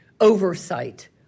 oversight